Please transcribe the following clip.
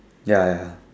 ya ya